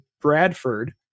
Bradford